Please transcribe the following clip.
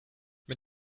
mit